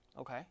Okay